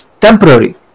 temporary